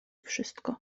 wszystko